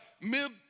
mid